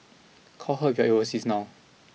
call her get you overseas now